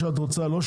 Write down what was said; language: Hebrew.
אותם?